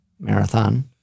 marathon